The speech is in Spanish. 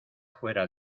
fuera